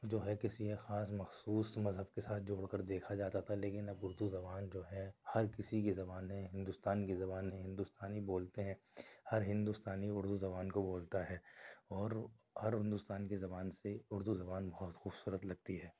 جو ہے کسی خاص مخصوص مذہب کے ساتھ جوڑ کر دیکھا جاتا تھا لیکن اب اُردو زبان جو ہے ہر کسی کی زبان ہے ہندوستان کی زبان ہے ہندوستانی بولتے ہیں ہر ہندوستانی اُردو زبان کو بولتا ہے اور ہر ہندوستان کی زبان سے اُردو زبان بہت خوبصورت لگتی ہے